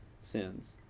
sins